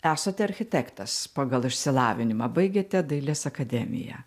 esate architektas pagal išsilavinimą baigėte dailės akademiją